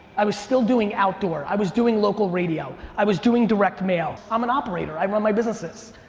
i was still doing outdoor. i was doing local radio. i was doing direct mail. i'm an operator. i run my businesses.